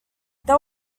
there